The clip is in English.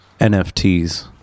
nfts